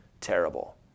terrible